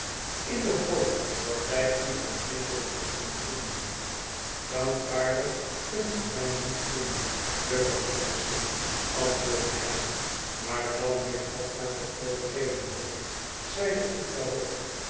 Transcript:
in de hoop dat wij u dan redelijker zullen vinden dankbaarder kunt ge mij niet vinden jufvrouw summerson antwoordde hij maar wel meer vatbaar voor overreding hoop ik zeide ik daarop